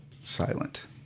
silent